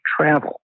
travel